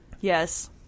Yes